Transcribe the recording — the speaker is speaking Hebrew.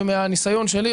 ומהניסיון שלי,